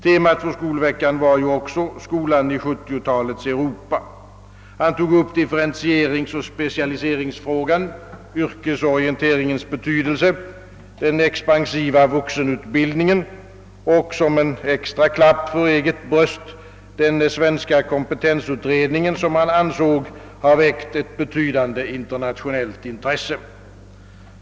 Temat för Skolveckan var ju också »Skolan i 70-talets Europa». Han tog upp differentieringsoch specialiseringsfrågan, yrkesorienteringens betydelse, den expansiva vuxenut bildningen och — som en extra klapp för eget bröst — den svenska kompetensutredningen, som han ansåg ha väckt ett betydande internationellt intresse.